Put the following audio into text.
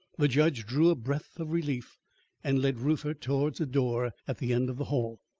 the judge drew a breath of relief and led reuther towards a door at the end of the hall.